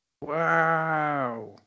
Wow